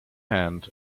hand